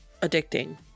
addicting